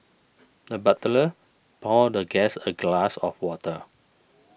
the butler poured the guest a glass of water